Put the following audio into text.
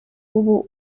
ubu